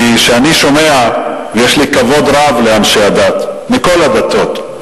כשאני שומע, ויש לי כבוד רב לאנשי הדת מכל הדתות,